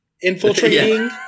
infiltrating